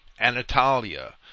Anatolia